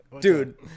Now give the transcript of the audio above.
Dude